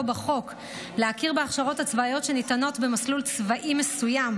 בחוק להכיר בהכשרות הצבאיות שניתנות במסלול צבאי מסוים,